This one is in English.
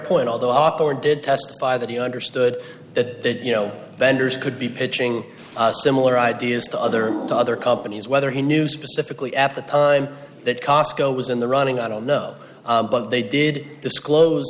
point although our power did testify that he understood that you know vendors could be pitching similar ideas to other to other companies whether he knew specifically at the time that cosco was in the running i don't know but they did disclose